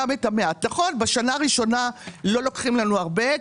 בשנה הראשונה לא לוקחים לנו הרבה,